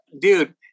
Dude